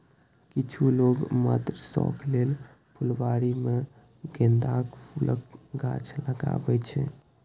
किछु लोक मात्र शौक लेल फुलबाड़ी मे गेंदाक फूलक गाछ लगबै छै